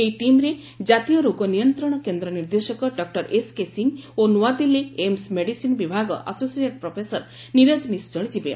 ଏହି ଟିମ୍ରେ ଜାତୀୟ ରୋଗ ନିୟନ୍ତ୍ରଣ କେନ୍ଦ୍ର ନିର୍ଦ୍ଦେଶକ ଡକ୍ର ଏସ୍କେ ସିଂ ଓ ନୂଆଦିଲ୍ଲୀ ଏମ୍ସ ମେଡିସିନ୍ ବିଭାଗ ଆସୋସିଏଟ ପ୍ରଫେସର ନିରଜ ନିଶ୍ଚଳ ଯିବେ